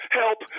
help